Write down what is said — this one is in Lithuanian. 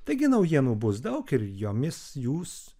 taigi naujienų bus daug ir jomis jūs